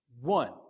One